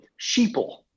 sheeple